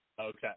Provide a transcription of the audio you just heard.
Okay